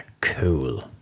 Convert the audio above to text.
Cool